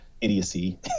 idiocy